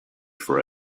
for